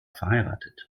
verheiratet